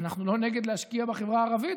אנחנו לא נגד להשקיע בחברה הערבית.